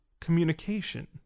communication